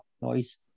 noise